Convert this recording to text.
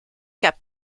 cap